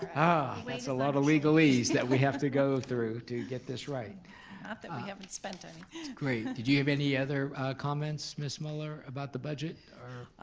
ah, that's a lot of legalese that we have to go through to get this right. not that we haven't spent any. it's great. did you have any other comments miss muller about the budget?